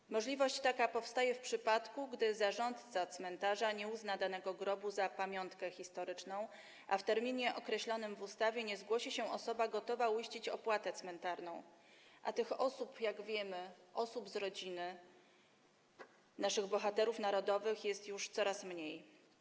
Taka możliwość powstaje w przypadku, gdy zarządca cmentarza nie uzna danego grobu za pamiątkę historyczną, a w terminie określonym w ustawie nie zgłosi się osoba gotowa uiścić opłatę cmentarną, a tych osób, jak wiemy, osób z rodziny naszych bohaterów narodowych jest już coraz mniej.